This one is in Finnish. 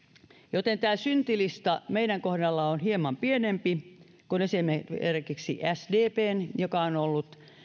joten syntilista meidän kohdallamme on hieman pienempi kuin esimerkiksi sdpn joka on ollut